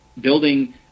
building